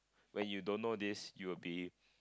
when you don't know this you'll be